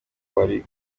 abari